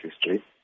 history